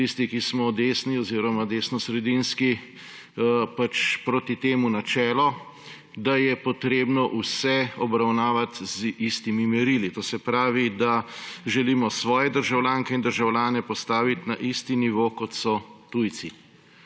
tisti, ki smo desni oziroma desnosredinski, pač proti temu načelo, da je potrebno vse obravnavati z istimi merili. To se pravi, da želimo svoje državljanke in državljane postaviti na isti nivo, kot so tujci.